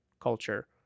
culture